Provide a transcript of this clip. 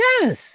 Yes